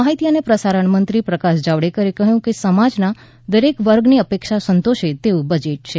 માહિતી અને પ્રસારણ મંત્રી પ્રકાશ જાવડેકરે કહ્યું છે કે સમાજના દરેક વર્ગની અપેક્ષા સંતોષે તેવું બજેટ છે